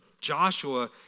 Joshua